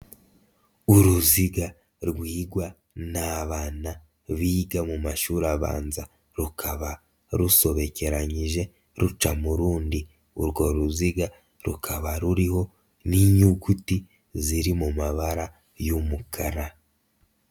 Uruziga rwigwa n'abana biga mu mashuri abanza, rukaba rusobekeranyije ruca mu rundi urwo ruziga rukaba ruriho n'inyuguti ziri mu mabara y'umukara.